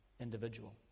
individual